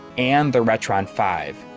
and the retron five.